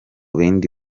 bindi